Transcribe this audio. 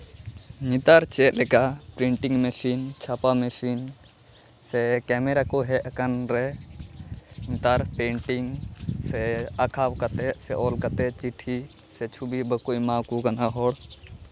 ᱱᱮᱛᱟᱨ ᱪᱮᱫ ᱞᱮᱠᱟ ᱯᱮᱱᱴᱤᱝ ᱢᱮᱹᱥᱤᱱ ᱪᱷᱟᱯᱟ ᱢᱮᱹᱥᱤᱱ ᱥᱮ ᱠᱮᱢᱮᱨᱟ ᱠᱚ ᱦᱮᱡ ᱟᱠᱟᱱ ᱨᱮ ᱱᱮᱛᱟᱨ ᱯᱮᱱᱴᱤᱝ ᱥᱮ ᱟᱸᱠᱷᱟᱣ ᱠᱟᱛᱮᱫ ᱥᱮ ᱚᱞ ᱠᱟᱛᱮᱫ ᱪᱤᱴᱷᱤ ᱥᱮ ᱪᱷᱚᱵᱤ ᱵᱟᱠᱚ ᱮᱢᱟᱠᱚ ᱠᱟᱱᱟ ᱦᱚᱲ